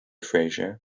fraser